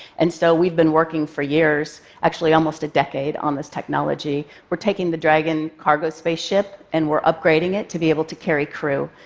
and so we've been working for years, actually, almost a decade, on this technology. we're taking the dragon cargo spaceship and we're upgrading it to be able to carry crew.